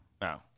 No